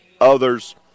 others